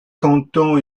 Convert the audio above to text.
canton